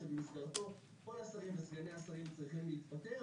שבמסגרתו כל השרים וסגני השרים צריכים להתפטר.